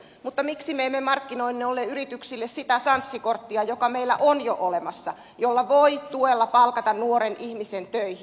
mutta miksi me emme markkinoi noille yrityksille sitä sanssi korttia joka meillä on jo olemassa jolla voi tuella palkata nuoren ihmisen töihin